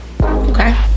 Okay